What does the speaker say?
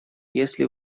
если